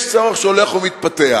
יש צורך שהולך ומתפתח.